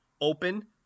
open